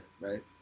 right